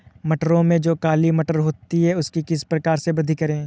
मटरों में जो काली मटर होती है उसकी किस प्रकार से वृद्धि करें?